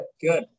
Good